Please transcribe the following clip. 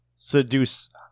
Seduce